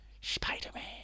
Spider-Man